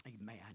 amen